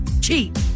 cheap